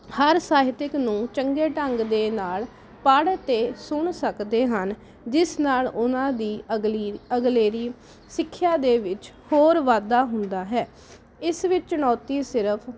ਹਰ ਸਾਹਿਤਿਕ ਨੂੰ ਚੰਗੇ ਢੰਗ ਦੇ ਨਾਲ ਪੜ੍ਹ ਅਤੇ ਸੁਣ ਸਕਦੇ ਹਨ ਜਿਸ ਨਾਲ ਉਹਨਾਂ ਦੀ ਅਗਲੀ ਅਗਲੇਰੀ ਸਿੱਖਿਆ ਦੇ ਵਿੱਚ ਹੋਰ ਵਾਧਾ ਹੁੰਦਾ ਹੈ ਇਸ ਵਿੱਚ ਚੁਣੌਤੀ ਸਿਰਫ਼